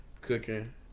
cooking